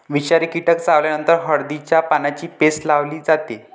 विषारी कीटक चावल्यावर हळदीच्या पानांची पेस्ट लावली जाते